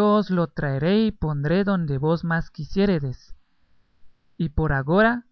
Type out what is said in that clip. os lo traeré y pondré donde vos más quisiéredes y por agora